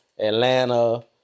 Atlanta